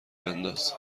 بنداز